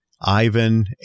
Ivan